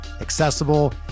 accessible